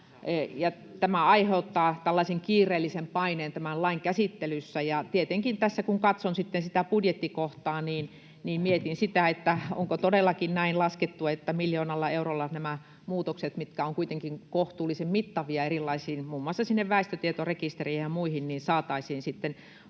Tämä aiheuttaa tällaisen kiireellisen paineen tämän lain käsittelyssä. Ja tietenkin, tässä kun katson sitten sitä budjettikohtaa, mietin sitä, onko todellakin näin laskettu, että miljoonalla eurolla nämä muutokset, mitkä ovat kuitenkin kohtuullisen mittavia erilaisiin, muun muassa sinne väestötietorekisteriin ja muihin, saataisiin sitten hoidettua.